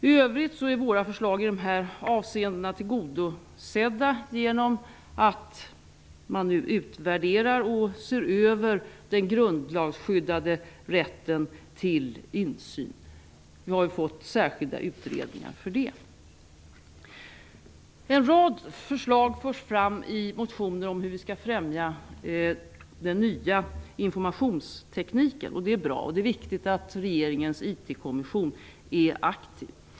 I övrigt är våra förslag i de här avseendena tillgodosedda genom att man nu utvärderar och ser över den grundlagsskyddade rätten till insyn. Vi har fått särskilda utredningar för det. En rad förslag förs fram i motioner om hur man skall främja den nya informationstekniken, och det är bra. Det är viktigt att regeringens IT-kommission är aktiv.